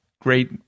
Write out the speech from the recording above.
great